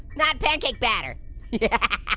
not pancake batter yeah,